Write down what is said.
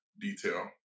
detail